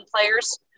players